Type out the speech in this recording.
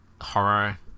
horror